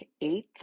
eighth